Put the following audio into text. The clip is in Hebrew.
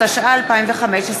התשע"ה 2015,